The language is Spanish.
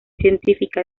científica